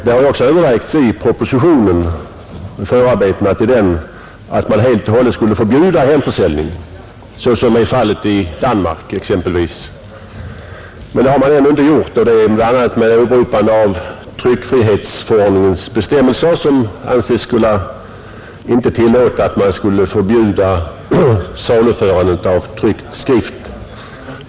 Det har också övervägts i förarbetena till propositionen att man helt och hållet skulle förbjuda hemförsäljning, såsom fallet är exempelvis i Danmark. Men det har man ändå inte gjort, bl.a. med åberopande av tryckfrihetsförordningens bestämmelser som anses inte tillåta att man skulle förbjuda saluförandet av tryckt skrift.